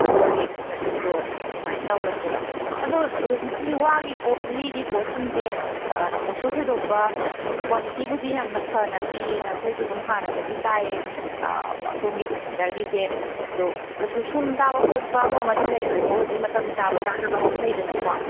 ꯑꯗꯣ ꯔꯦꯛꯀꯤ ꯃꯊꯛꯇꯣ ꯑꯗꯨꯃꯥꯏꯅ ꯇꯧꯔꯁꯦꯕ ꯑꯗꯣ ꯍꯧꯖꯤꯛꯁꯦ ꯋꯥꯒꯤ ꯄꯣꯠ ꯂꯤꯒꯤ ꯄꯣꯠꯁꯤꯡꯁꯦ ꯀꯩꯁꯨ ꯊꯣꯏꯗꯣꯛꯄ ꯀ꯭ꯋꯥꯂꯤꯇꯤꯕꯨꯗꯤ ꯌꯥꯝꯅ ꯐꯅ ꯄꯤꯌꯦꯅ ꯑꯩꯈꯣꯏꯁꯨ ꯑꯗꯨꯝ ꯍꯥꯟꯅꯗꯒꯤ ꯇꯥꯏꯌꯦ ꯁꯣꯝꯒꯤ ꯐꯔꯅꯤꯆꯔꯒꯤꯁꯦ ꯑꯗꯣ ꯀꯩꯁꯨ ꯁꯨꯝ ꯆꯥꯕ ꯈꯣꯠꯄ ꯑꯃ ꯑꯃꯗꯤ ꯂꯩꯔꯣꯏꯀꯣ ꯍꯧꯖꯤꯛ ꯃꯇꯝ ꯆꯥꯕ ꯆꯥꯗꯕ ꯍꯥꯏꯁꯨ ꯂꯩꯗꯅꯀꯣ